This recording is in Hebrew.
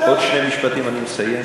עוד שני משפטים אני מסיים,